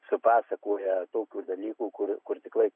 supasakoja tokių dalykų kur kur tikrai